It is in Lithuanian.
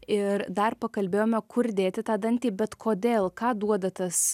ir dar pakalbėjome kur dėti tą dantį bet kodėl ką duoda tas